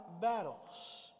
battles